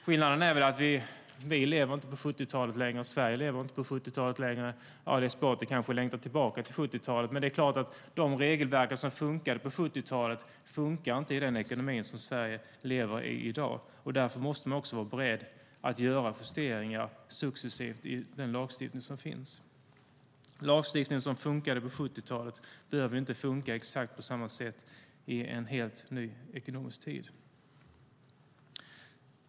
Skillnaden är att vi inte lever på 70-talet längre, och Sverige lever inte på 70-talet längre. Ali Esbati kanske längtar tillbaka till 70-talet, men de regelverk som funkade då funkar inte i den ekonomi som Sverige i dag lever i. Därför måste man vara beredd att göra justeringar successivt i den lagstiftning som finns. Lagstiftning som funkade på 70-talet behöver inte funka exakt på samma sätt i en helt ny ekonomisk tid.